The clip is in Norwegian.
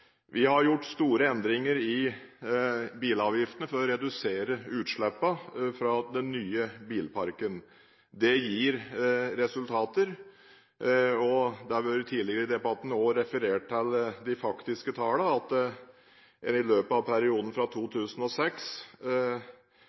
Vi har gjort store endringer i bilavgiftene for å redusere utslippene fra den nye bilparken. Det gir resultater. Det har tidligere i debatten også vært referert til de faktiske tallene – at CO2-utslippene fra nye personbiler i løpet av perioden fra 2006